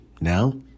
Now